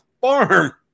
farm